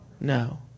No